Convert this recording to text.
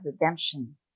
redemption